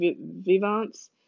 vivants